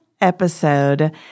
episode